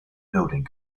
building